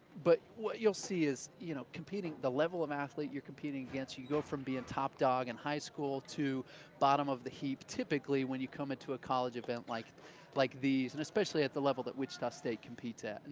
but what you'll see is, you know, competing, the level of athlete you're competing against, you go from top dog in high school to bottom of the heap typically when you come into a college event like like these. and especially at the level that wichita state competes at.